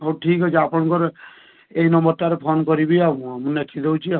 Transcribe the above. ହଉ ଠିକ୍ଅଛି ଆପଣଙ୍କର ଏଇ ନମ୍ବରଟାରେ ଫୋନ୍ କରିବି ଆଉ ମୁଁ ଲେଖିଦେଉଛି